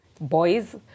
boys